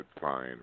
fine